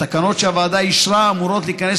התקנות שהוועדה אישרה אמורות להיכנס